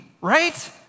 right